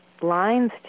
lines